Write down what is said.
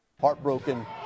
Heartbroken